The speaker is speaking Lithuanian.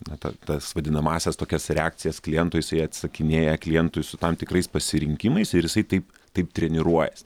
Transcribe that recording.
na ta tas vadinamąsias tokias reakcijas kliento jisai atsakinėja klientui su tam tikrais pasirinkimais ir jisai taip taip treniruojasi